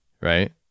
right